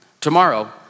Tomorrow